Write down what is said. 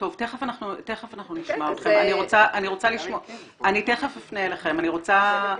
אני תיכף אפנה אליכם.